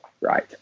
Right